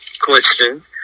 question